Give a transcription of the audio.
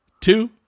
two